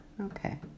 Okay